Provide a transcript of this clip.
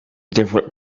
different